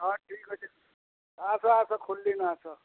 ହଁ ଠିକ୍ ଅଛେ ଆସ ଆସ ଖୁଲ୍ଲିନ ଆସ